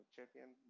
Champion